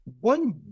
one